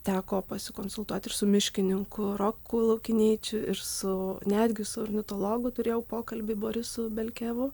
teko pasikonsultuot ir su miškininku roku laukineičiu ir su netgi su ornitologu turėjau pokalbį borisu belkevu